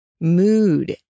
mood